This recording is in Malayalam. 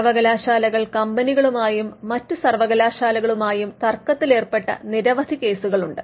സർവ്വകലാശാലകൾ കമ്പനികളുമായും മറ്റ് സർവകലാശാലകളുമായും തർക്കത്തിലേർപ്പെട്ട നിരവധി കേസുകൾ ഉണ്ട്